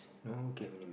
oh okay